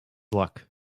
luck